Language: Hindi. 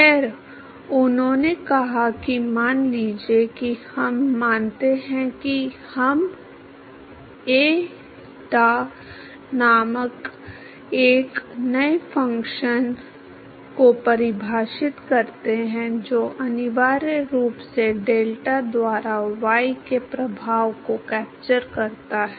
खैर उन्होंने कहा कि मान लीजिए कि हम मानते हैं कि हम एटा नामक एक नए फ़ंक्शन को परिभाषित करते हैं जो अनिवार्य रूप से डेल्टा द्वारा वाई के प्रभाव को कैप्चर करता है